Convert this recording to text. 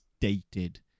dated